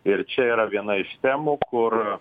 ir čia yra viena iš temų kur